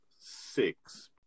six